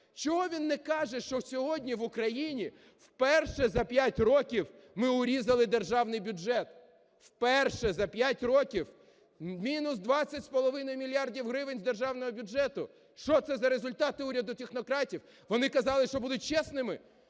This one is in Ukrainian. Чого він не каже, що сьогодні в Україні вперше за 5 років ми урізали Державний бюджет. Вперше за 5 років мінус 20,5 мільярдів гривень з Державного бюджету. Що це за результати уряду технократів? Вони казали, що будуть чесними.